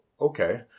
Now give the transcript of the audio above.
okay